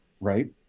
right